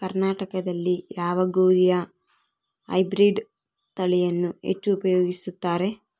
ಕರ್ನಾಟಕದಲ್ಲಿ ಯಾವ ಗೋಧಿಯ ಹೈಬ್ರಿಡ್ ತಳಿಯನ್ನು ಹೆಚ್ಚು ಉಪಯೋಗಿಸುತ್ತಾರೆ?